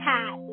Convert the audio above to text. Cat